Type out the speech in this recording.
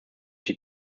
die